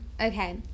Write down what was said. okay